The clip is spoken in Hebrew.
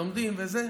לומדים וזה,